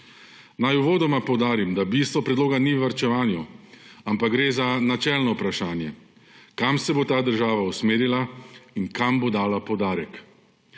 Naj uvodoma poudarim, da bistvo predloga ni v varčevanju, ampak gre za načelno vprašanje, kam se bo ta država usmerila in kam bo dala poudarek.